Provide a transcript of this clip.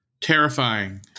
Terrifying